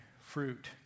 fruit